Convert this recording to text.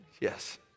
Yes